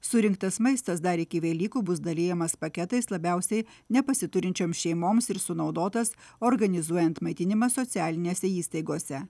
surinktas maistas dar iki velykų bus dalijamas paketais labiausiai nepasiturinčioms šeimoms ir sunaudotas organizuojant maitinimą socialinėse įstaigose